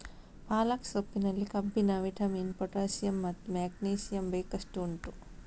ಪಾಲಕ್ ಸೊಪ್ಪಿನಲ್ಲಿ ಕಬ್ಬಿಣ, vitamin, potassium ಮತ್ತು ಮೆಗ್ನೀಸಿಯಮ್ ಬೇಕಷ್ಟು ಉಂಟು